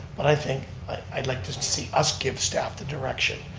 but i think i'd like to see us give staff the direction,